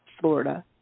Florida